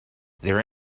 there